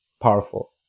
powerful